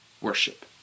worship